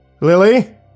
Lily